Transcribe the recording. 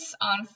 on